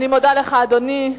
אדוני,